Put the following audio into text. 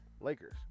Lakers